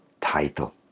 title